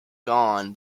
gone